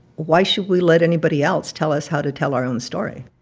why should we let anybody else tell us how to tell our own story?